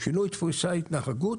שינויי דפוסי ההתנהגות,